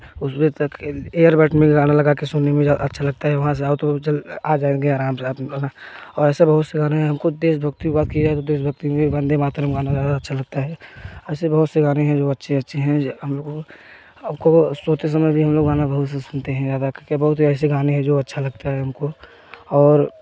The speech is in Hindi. उस बजे तक एयर बट में गाना लगा कर सुनने में ज़्यादा अच्छा लगता है वहाँ से आओ तो चल आ जाएँगे आराम से और ऐसे बहुत सारे हमको देश भक्ति बात की तो देश भक्ति में वंदे मातरम गाना ज़्यादा अच्छा लगता है ऐसे बहुत से गाने हैं जो अच्छे अच्छे हैं हम लोगों को सोते समय भी हम लोग गाना बहुत से सुनते हैं ज़्यादा का बहुत ऐसे गाने हैं जो अच्छा लगता है हमको और